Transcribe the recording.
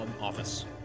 office